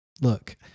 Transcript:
look